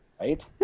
right